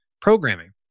programming